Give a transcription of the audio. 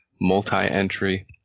multi-entry